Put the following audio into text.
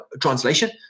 translation